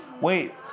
Wait